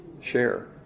share